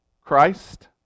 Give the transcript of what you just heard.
Christ